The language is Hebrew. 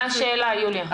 מה השאלה, יוליה?